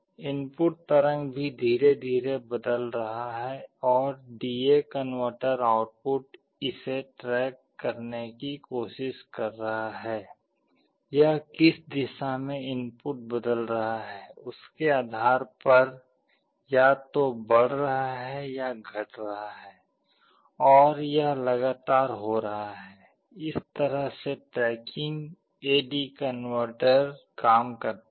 input तरंग भी धीरे धीरे बदल रहा है और डी ए कनवर्टर आउटपुट इसे ट्रैक करने की कोशिश कर रहा है यह किस दिशा में इनपुट बदल रहा है उसके आधार पर या तो बढ़ रहा है या घट रहा है और यह लगातार हो रहा है इस तरह से ट्रैकिंग एडी कनवर्टर काम करता है